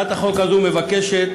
מבקשת